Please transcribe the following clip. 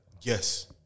Yes